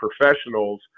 professionals